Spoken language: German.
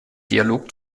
dialog